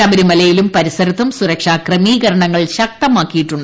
ശബരിമലയിലും പരിസരത്തും സുരക്ഷാ ക്രമീകരണങ്ങൾ ശക്തമാക്കിയിട്ടുണ്ട്